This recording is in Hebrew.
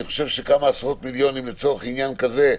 אני חושב שבעזרת כמה עשרות מיליונים לצורך עניין כזה,